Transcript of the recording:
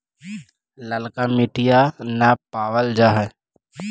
ललका मिटीया न पाबल जा है?